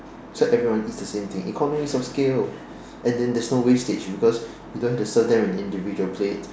so everyone eats the same thing economies of scale and then there's no wastage because you don't have to serve them in individual plates